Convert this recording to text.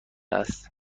است